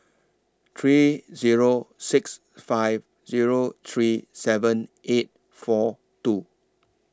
three Zero six five Zero three seven eight four two